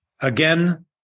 Again